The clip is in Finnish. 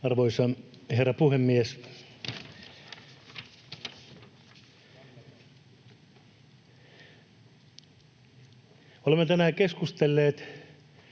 Arvoisa herra puhemies! Olemme tänään keskustelleet